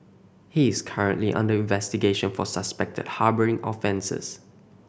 he is currently under investigation for suspected harbouring offences